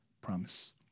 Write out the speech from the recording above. promise